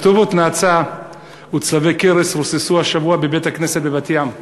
כתובות נאצה וצלבי קרס רוססו השבוע על בית-כנסת בבת-ים,